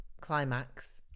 climax